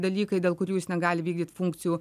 dalykai dėl kurių jis negali vykdyt funkcijų